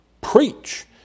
preach